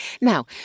Now